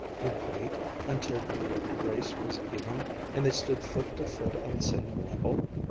would wait until the race was even and they stood foot to foot on the same level?